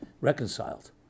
reconciled